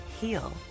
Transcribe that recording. heal